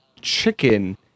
chicken